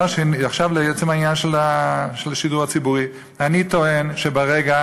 עכשיו לעצם העניין של השידור הציבורי: אני טוען שברגע